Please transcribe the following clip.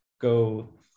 go